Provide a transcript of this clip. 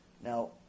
Now